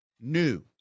new